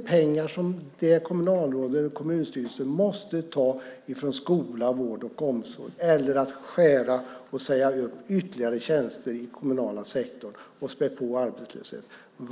pengar som kommunalrådet och kommunstyrelsen måste ta från skola, vård och omsorg eller genom att skära och säga upp ytterligare människor från tjänster i den kommunala sektorn och späda på arbetslösheten. Det vet du, Jörgen.